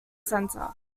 center